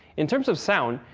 in terms of sound,